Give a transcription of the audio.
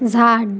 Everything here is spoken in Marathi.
झाड